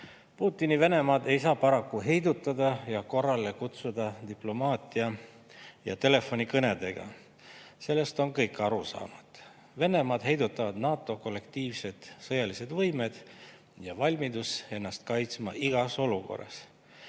Putini Venemaad ei saa paraku heidutada ja korrale kutsuda diplomaatia ja telefonikõnedega. Sellest on kõik aru saanud. Venemaad heidutavad NATO kollektiivsed sõjalised võimed ja valmidus ennast kaitsta igas olukorras.